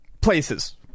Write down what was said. places